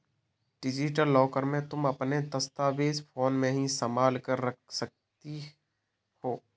digital locker में तुम अपने दस्तावेज फोन में ही संभाल कर रख सकती हो